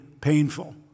painful